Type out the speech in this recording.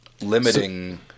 Limiting